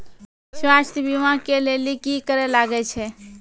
स्वास्थ्य बीमा के लेली की करे लागे छै?